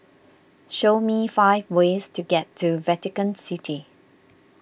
show me five ways to get to Vatican City